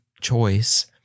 choice